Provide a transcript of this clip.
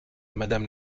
madame